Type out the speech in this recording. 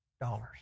dollars